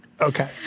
Okay